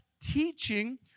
teaching